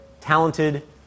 talented